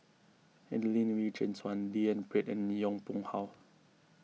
Adelene Wee Chin Suan D N Pritt and Yong Pung How